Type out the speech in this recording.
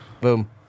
Boom